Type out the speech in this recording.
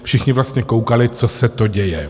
Všichni vlastně koukali, co se to děje.